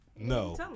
No